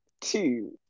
Two